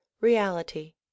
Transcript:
reality